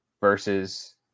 versus